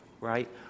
Right